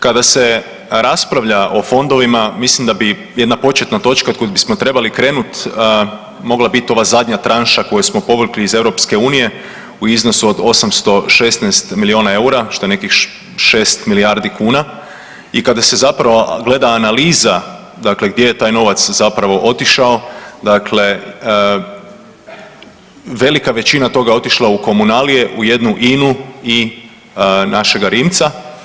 Kada se raspravlja o fondovima mislim da bi jedna početna točka od kuda bismo trebali krenuti mogla biti ova zadnja tranša koju smo povukli iz Europske unije u iznosu od 816 milijuna eura što je nekih 6 milijardi kuna i kada se zapravo gleda analiza dakle gdje je taj novac zapravo otišao dakle velika većina toga otišla je u komunalije, u jednu INA-u i našega Rimca.